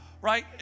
right